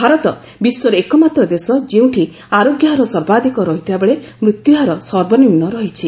ଭାରତ ବିଶ୍ୱର ଏକମାତ୍ର ଦେଶ ଯେଉଁଠି ଆରୋଗ୍ୟହାର ସର୍ବାଧିକ ରହିଥିବାବେଳେ ମୃତ୍ୟୁହାର ସର୍ବନିମ୍ନ ରହିଛି